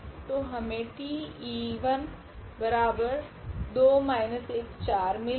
तो हमे T2 14 मिलेगा